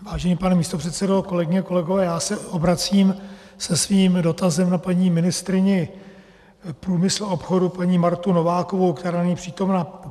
Vážený pane místopředsedo, kolegyně, kolegové, já se obracím se svým dotazem na paní ministryni průmyslu a obchodu Martu Novákovou, která není přítomna.